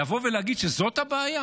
לבוא ולהגיד שזאת הבעיה?